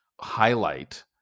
highlight